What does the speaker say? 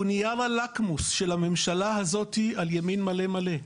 הוא נייר הלקמוס של הממשלה הזאת על ימין מלא מלא.